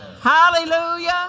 Hallelujah